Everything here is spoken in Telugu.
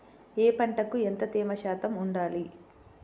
ఏ పంటకు ఎంత తేమ శాతం ఉండాలి?